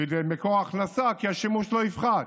כמקור ההכנסה, כי השימוש לא יפחת.